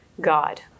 God